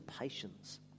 patience